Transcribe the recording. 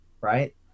right